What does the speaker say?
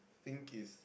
sink is